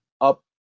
up